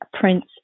Prince